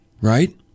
right